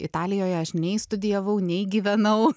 italijoje aš nei studijavau nei gyvenau